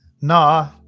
No